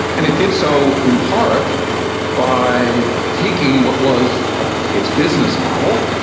and it did so in part by taking what was ah its business model,